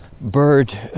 bird